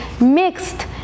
mixed